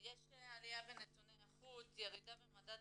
יש עליה בנתוני האיכות, ירידה במדד